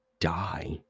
die